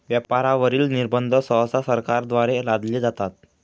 व्यापारावरील निर्बंध सहसा सरकारद्वारे लादले जातात